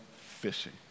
fishing